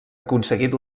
aconseguit